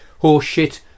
Horseshit